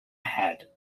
had